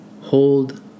Hold